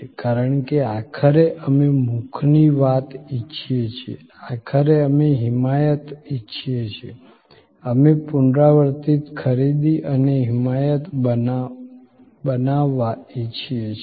કારણ કે આખરે અમે મુખની વાત ઇચ્છીએ છીએ આખરે અમે હિમાયત ઇચ્છીએ છીએ અમે પુનરાવર્તિત ખરીદી અને હિમાયત બનાવવા ઇચ્છીએ છીએ